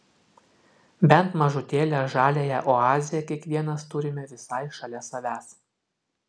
bent mažutėlę žaliąją oazę kiekvienas turime visai šalia savęs